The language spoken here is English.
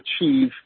achieve